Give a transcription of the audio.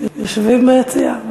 יושבים ביציע.